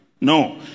No